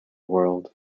world